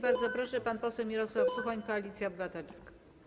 Bardzo proszę, pan poseł Mirosław Suchoń, Koalicja Obywatelska.